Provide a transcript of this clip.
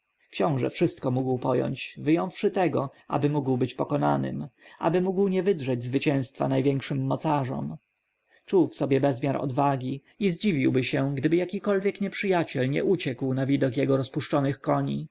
książę wszystko mógł pojąć wyjąwszy tego ażeby mógł być pokonanym aby mógł nie wydrzeć zwycięstwa największym mocarzom czuł w sobie bezmiar odwagi i zdziwiłby się gdyby jakikolwiek nieprzyjaciel nie uciekł na widok jego rozpuszczonych koni